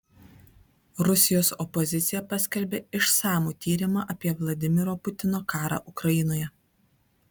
rusijos opozicija paskelbė išsamų tyrimą apie vladimiro putino karą ukrainoje